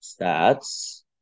stats